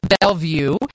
Bellevue